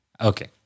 Okay